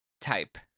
type